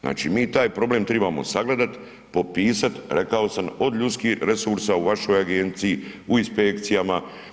Znači mi taj problem tribamo sagledat, popisat rekao sam od ljudskih resursa u vašoj agenciji u inspekcijama.